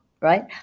right